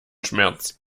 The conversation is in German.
schmerz